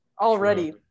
Already